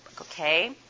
okay